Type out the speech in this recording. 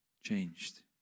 changed